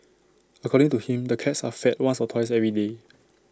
according to him the cats are fed once or twice every day